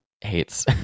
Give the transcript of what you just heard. hates